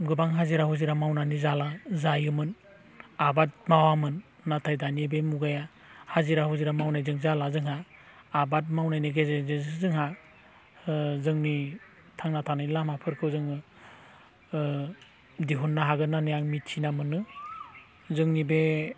गोबां हाजिरा मुजिरा मावनानै जायोमोन आबाद मावामोन नाथाय दानि बे मुगाया हाजिरा हुजिरा मावनायजों जाला जोंहा आबाद मावनायनि गेजेरजोंसो जोंहा जोंनि थांना थानाय लामाफोरखौ जोङो दिहुननो हागोन होननानै आं मिथिना मोनो जोंनि बे